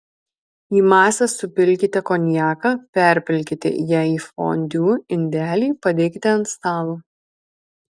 į masę supilkite konjaką perpilkite ją į fondiu indelį padėkite ant stalo